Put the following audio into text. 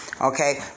Okay